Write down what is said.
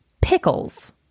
pickles